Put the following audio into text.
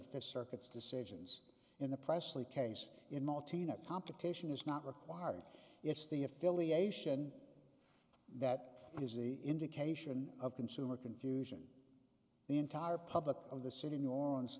fifth circuit's decisions in the presley case in multi unit competition is not required it's the affiliation that is the indication of consumer confusion the entire public of the city of new orleans